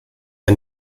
der